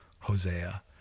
Hosea